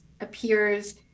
appears